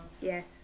Yes